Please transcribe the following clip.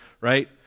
right